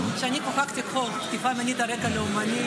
כי כשאני חוקקתי חוק תקיפה מינית על רקע לאומני,